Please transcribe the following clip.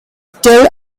still